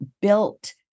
built